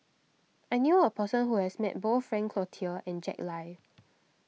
I knew a person who has met both Frank Cloutier and Jack Lai